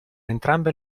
entrambe